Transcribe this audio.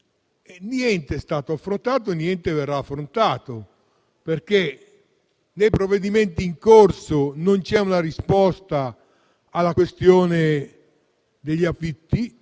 niente è stato affrontato e niente verrà affrontato, perché nei provvedimenti in corso non c’è una risposta alla questione degli